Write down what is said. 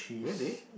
really